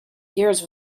years